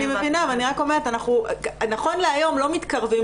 אני רק אומרת שנכון להיום אנחנו לא מתקרבים